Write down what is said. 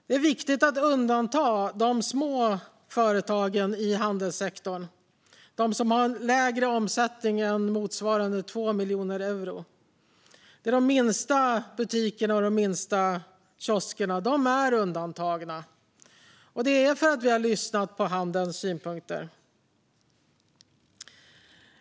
Det är viktigt att undanta de små företagen i handelssektorn, de som har lägre omsättning än motsvarande 2 miljoner euro. Det är de minsta butikerna och de minsta kioskerna. De är undantagna, och det är för att vi har lyssnat på handelns synpunkter.